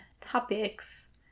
topics